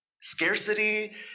Scarcity